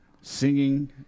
Singing